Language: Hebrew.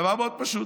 דבר מאוד פשוט,